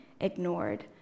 ignored